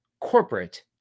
corporate